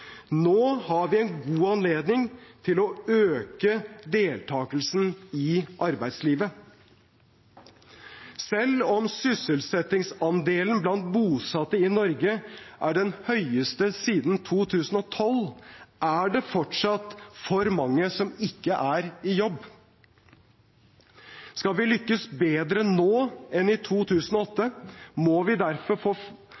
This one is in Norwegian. Nå har vi en god anledning til å øke deltagelsen i arbeidslivet. Selv om sysselsettingsandelen blant bosatte i Norge er den høyeste siden 2012, er det fortsatt for mange som ikke er i jobb. Skal vi lykkes bedre nå enn i 2008, må derfor flere få